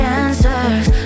answers